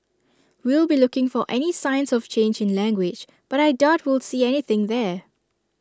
we'll be looking for any signs of change in language but I doubt we'll see anything there